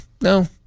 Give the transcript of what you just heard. no